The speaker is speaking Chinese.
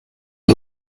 选手